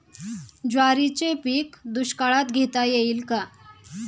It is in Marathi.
ज्वारीचे पीक दुष्काळात घेता येईल का?